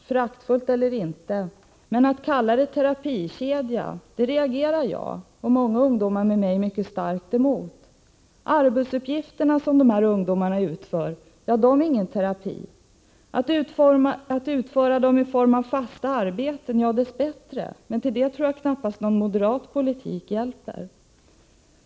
Föraktfullt eller inte — men att kalla ungdomslag för terapikedja reagerar jag och många ungdomar med mig mycket starkt mot. De arbetsuppgifter som dessa ungdomar utför är ingen terapi. Att utföra dem i form av fasta arbeten är bättre, men jag tror knappast att moderat politik medverkar till det.